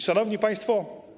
Szanowni Państwo!